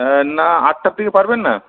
হ্যাঁ না আটটার দিকে পারবেন না